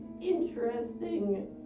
interesting